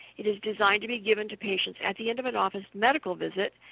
it is designed to be given to patients at the end of an office medical visit,